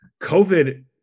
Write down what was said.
COVID